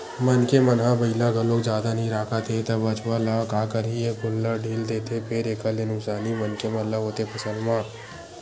मनखे मन ह बइला घलोक जादा नइ राखत हे त बछवा ल का करही ए गोल्लर ढ़ील देथे फेर एखर ले नुकसानी मनखे मन ल होथे फसल म